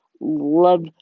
love